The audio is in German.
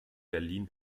berlin